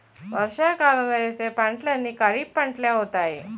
వర్షాకాలంలో యేసే పంటలన్నీ ఖరీఫ్పంటలే అవుతాయి